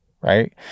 Right